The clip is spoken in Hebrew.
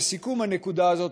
לסיכום הנקודה הזאת,